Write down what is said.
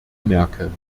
merkel